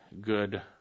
good